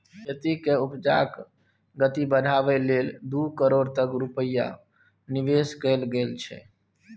खेती केर उपजाक गति बढ़ाबै लेल दू करोड़ तक रूपैया निबेश कएल गेल छै